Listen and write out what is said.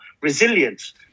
resilience